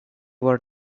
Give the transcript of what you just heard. were